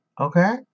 Okay